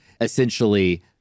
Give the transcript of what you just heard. essentially